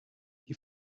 die